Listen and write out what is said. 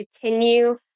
continue